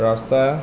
ৰাস্তা